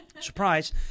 surprise